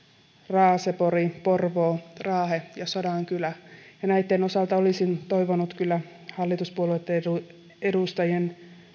raasepori porvoo raahe ja sodankylä ja näitten osalta olisin kyllä toivonut hallituspuolueitten edustajien